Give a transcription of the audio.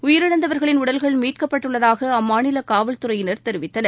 உயிரிழந்தவர்களின் உடல்கள் மீட்கப்பட்டுள்ளதாக அம்மாநில காவல்துறையினர் தெரிவித்தனர்